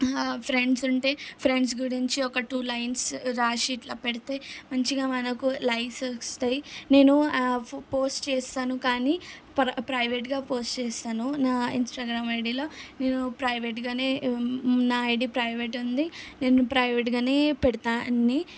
friends ఉంటే friends గురించి ఒక టూ లైన్స్ రాసి ఇట్లా పెడితే మంచిగా మనకు లైక్స్ వస్తాయి నేను పోస్ట్ చేస్తాను కానీ ప్రై ప్రైవేట్గా పోస్ట్ చేస్తాను నా ఇంస్టాగ్రామ్ ఐడిలో నేను ప్రైవేట్గానే నా ఐడి ప్రైవేట్ ఉంది నేను ప్రైవేట్గానే పెడతాను అన్నీ